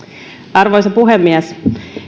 arvoisa puhemies